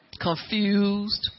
Confused